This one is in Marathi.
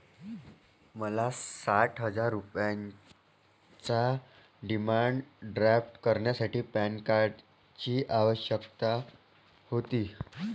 मला साठ हजार रुपयांचा डिमांड ड्राफ्ट करण्यासाठी पॅन कार्डची आवश्यकता होती